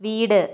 വീട്